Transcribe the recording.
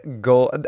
go